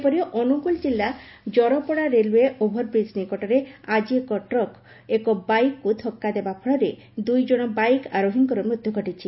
ସେହିପରି ଅନୁଗୋଳ ଜିଲ୍ଲା Jarapada railway over bridge ନିକଟରେ ଆଳି ଏକ ଟ୍ରକ୍ ଏକ ବାଇକ୍କୁ ଧକ୍କା ଦେବା ଫଳରେ ଦୁଇ ଜଣ ବାଇକ୍ ଆରୋହୀଙ୍କ ମୃତ୍ୟୁ ଘଟିଛି